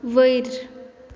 वयर